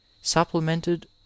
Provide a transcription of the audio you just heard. supplemented